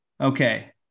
okay